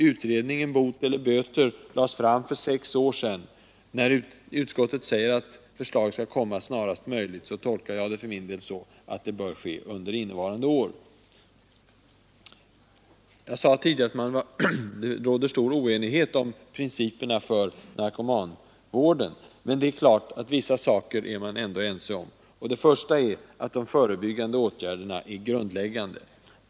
Utredningens betänkande Bot eller böter lades fram för sex år sedan. När utskottet säger att förslaget nu skall komma snarast möjligt tolkar jag det för min del så att det bör ske under innevarande år. Jag sade tidigare att det råder stor oenighet om principerna för narkomanvården, men det är klart att man ändå är ense om vissa saker. Det första är att de förebyggande åtgärderna är grundläggande.